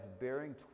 bearing